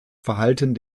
verhalten